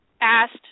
asked